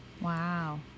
Wow